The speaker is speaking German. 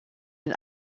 den